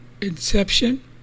inception